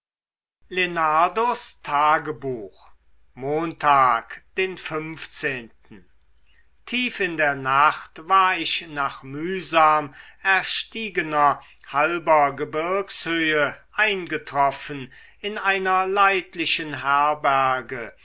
tagebuch montag den fünfzehnten tief in der nacht war ich nach mühsam erstiegener halber gebirgshöhe eingetroffen in einer leidlichen herberge